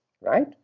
Right